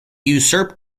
usurped